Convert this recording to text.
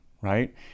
right